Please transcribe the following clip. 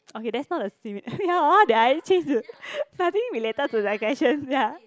okay that's not the ya why did I change to nothing related to the questions ya